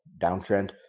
downtrend